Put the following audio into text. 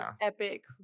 Epic